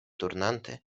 turnante